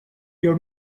your